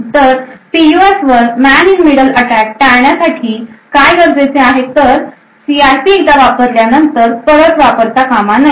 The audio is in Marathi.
तर पीयूएफ वर मेन इंन मिडल अटॅक टाळण्यासाठी काय गरजेचे आहे तर सीआरपी एकदा वापरल्यानंतर परत वापरता कामा नये